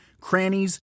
crannies